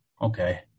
Okay